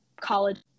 college